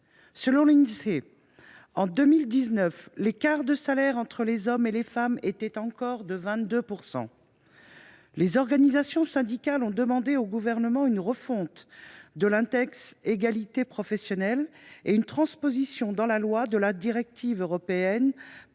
Selon l’Insee, en 2019, l’écart de salaires entre les hommes et les femmes s’est encore élevé à 22 %. Les organisations syndicales ont demandé au Gouvernement une refonte de l’index de l’égalité professionnelle et une transposition dans la loi de la directive européenne relative